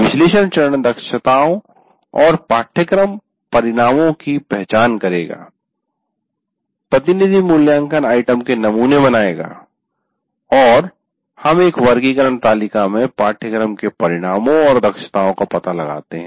विश्लेषण चरण दक्षताओं और पाठ्यक्रम परिणामों की पहचान करेगा प्रतिनिधि मूल्यांकन आइटम के नमूने बनाएगा और हम एक वर्गीकरण तालिका में पाठ्यक्रम के परिणामों और दक्षताओं का पता लगाते हैं